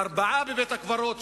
ארבעה בבית-הקברות,